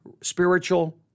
spiritual